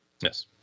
Yes